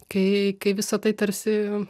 kai kai visa tai tarsi